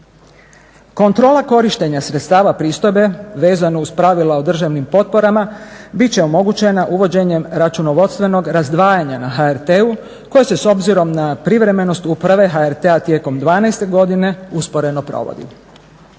Kontrola korištenja sredstava pristojbe vezano uz pravila o državnim potporama bit će omogućena uvođenjem računovodstvenog razdvajanja na HRT-u koje se s obzirom na privremenost uprave HRT-a tijekom 12.godine usporeno provodi.